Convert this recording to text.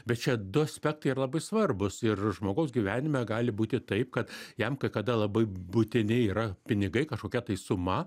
bet čia du aspektai yra labai svarbūs ir žmogaus gyvenime gali būti taip kad jam kai kada labai būtini yra pinigai kažkokia tai suma